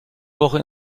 woche